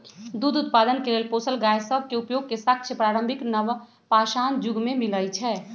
दूध उत्पादन के लेल पोसल गाय सभ के उपयोग के साक्ष्य प्रारंभिक नवपाषाण जुग में मिलइ छै